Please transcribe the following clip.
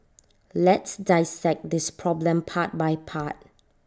let's dissect this problem part by part